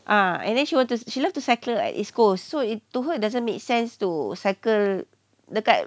ah and then she will she loved to cycle at east coast so it to her it doesn't make sense to cycle dekat